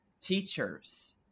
Teachers